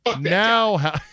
Now